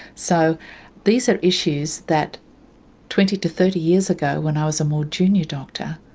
so these are issues that twenty to thirty years ago, when i was a more junior doctor,